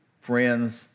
friends